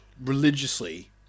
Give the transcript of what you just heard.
religiously